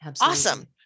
awesome